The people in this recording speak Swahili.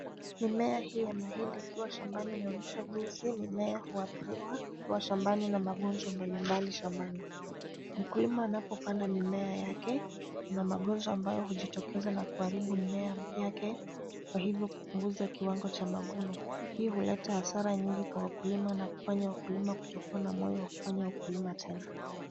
Mimea hii ya mahindi ikiwa shambani inaonyesha jinsi mimea huadhiriwa ikiwa shambani na magonjwa mbali mbali shambani. Mkulima anapopanda mimea yake, kuna magonjwa ambayo hujitokeza na kuharibu mimea yake kwa hivyo kupunguza kiwango cha mavuno. Hii huleta hasara nyingi kwa wakulima na kufanya wakulima kutokuwa na moyo wa kufanya ukulima tena.